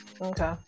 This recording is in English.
Okay